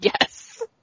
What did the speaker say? Yes